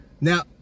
now